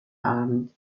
abend